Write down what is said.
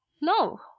no